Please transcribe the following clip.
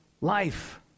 life